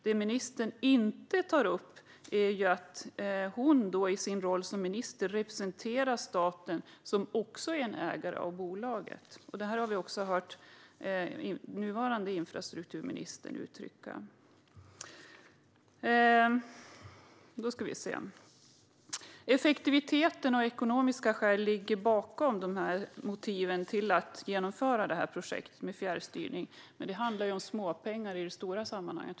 Det ministern inte tar upp är att hon i sin roll som minister representerar staten, som också är ägare av bolaget. Det här har vi också hört den nuvarande infrastrukturministern uttrycka. Effektivitet och ekonomiska skäl ligger bakom som motiv för att genomföra detta projekt med fjärrstyrning. Men det handlar ju om småpengar i det stora sammanhanget.